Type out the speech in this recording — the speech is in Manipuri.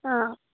ꯑꯥ